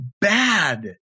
bad